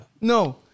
No